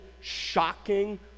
shocking